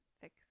fix